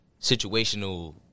situational